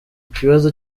ikibazo